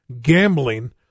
gambling